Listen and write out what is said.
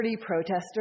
protesters